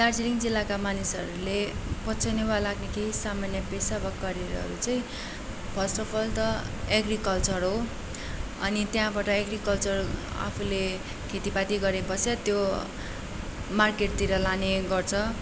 दार्जिलिङ जिल्लाका मानिसहरूले पछनीमा लाग्ने केही सामान्य पेशागत करियरहरू चाहिँ फर्स्ट अफ अल त एग्रिकलचर हो अनि त्यहाँबाट एग्रिकलचर आफूले खेतीपाती गरेपश्चात त्यो मार्केटतिर लाने गर्छ